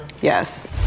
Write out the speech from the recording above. Yes